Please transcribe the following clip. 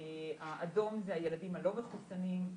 האדום זה הילדים הלא מחוסנים,